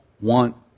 want